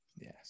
yes